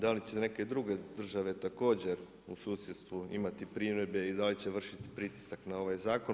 Da li će neke druge države također u susjedstvu imati primjedbe i da li će vršiti pritisak na ovaj zakon?